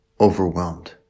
overwhelmed